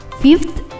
Fifth